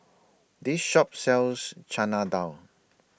This Shop sells Chana Dal